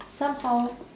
somehow